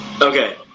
Okay